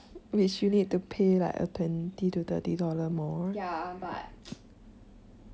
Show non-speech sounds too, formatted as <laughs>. buy the Nintendo switch lor and like got offer but I actually missed the offer <laughs>